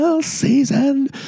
season